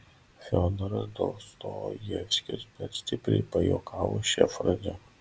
fiodoras dostojevskis per stipriai pajuokavo šia fraze